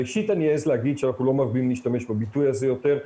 ראשית אעז להגיד שאנחנו לא משתמשים בביטוי הזה יותר,